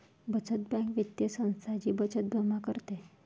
बचत बँक वित्तीय संस्था जी बचत जमा करते